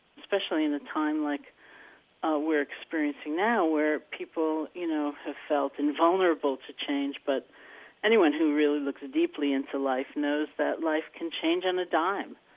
especially in a time like we're experiencing now where people, you know, have felt invulnerable to change. but anyone who really looks deeply into life knows that life can change on a dime.